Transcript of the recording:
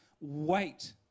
Wait